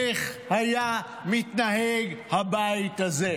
איך היה מתנהג הבית הזה?